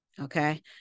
Okay